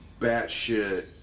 batshit